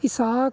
isaac